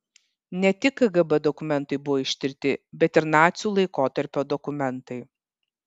ne tik kgb dokumentai buvo ištirti bet ir nacių laikotarpio dokumentai